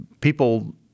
people